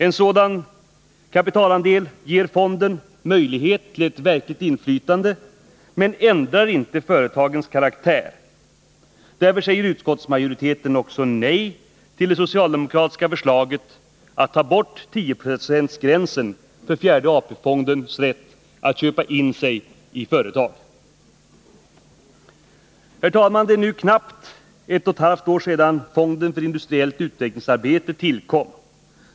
En sådan andel av kapitalet ger fonden möjlighet till ett verkligt inflytande men ändrar inte företagens karaktär. Därför säger utskottsmajoriteten också nej till det socialdemokratiska förslaget om att 10-procentsgränsen skall bort när det gäller fjärde AP-fondens rätt att köpa in sig i företag. Herr talman! Det är nu knappt ett och ett halvt år sedan fonden för industriellt utvecklingsarbete tillkom.